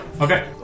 Okay